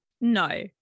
No